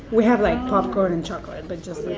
we have, like, popcorn and chocolate. but just.